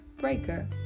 Breaker